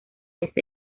ese